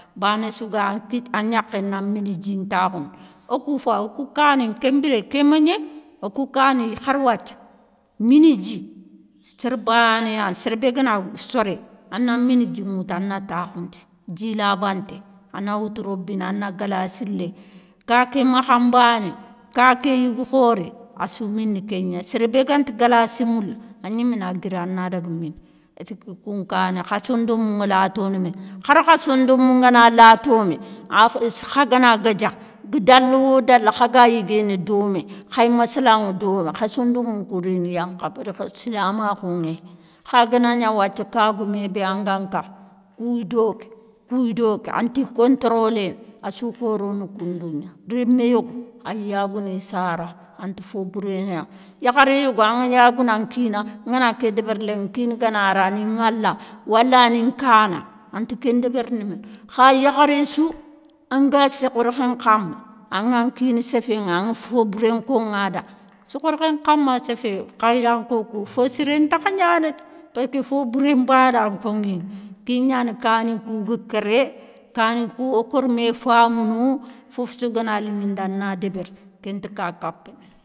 Bané sou gayi a gnakhé na mini dji ntakhoundi, o kou fayi o kou kani kou, kénbiré ké mégnéyé, o kou kani hari wathia, mini dji séré bané yani. séré bé gana soré, a na mini dji ŋoutou a na takhoundi dji labanté, a na woutou robinet a na galassi léyi, ka ké makhanbané, ka ké yougou khoré a sou mini kégna. Séré bé ganta galassi moula a gnimé na guiri a na daga mini, esséki kounkani, kha sondomou ŋa latoono mé, khari kha sondomou ngana latomé, kha gana gueudja ga dalawo dala khaga yiguéné domé, khayi massalaŋa domé kha sondomou kou rini yankha béri silamakhou ŋéyi. Kha ganagna, wathia kagoumé bé anga nka kouyi doké kouy doké anti contoroléné assou khorono koundou gna. Rémé yogo a yagouni sara anta fo bouré gnana. Yakharé yogo anga yagounan kina ngana ké débéri, lenki nkina gana ri ani ŋala wala ni nkana anta nké débérini méné, kha yakharé sou anga sokhou rékhé nkama aŋa nkina sofoŋa aŋa fo bouré nkoŋada, sokhou rékhé nkama séfé khayranko kou fo siré ntakha gnana. Paski fo bouré nbana nkoŋini. Ké gnani kani kou ga kéré kani kou wo kori mé famounou, fofo sou gana liŋinda na débéri, kenta ka kapamé.